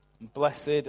blessed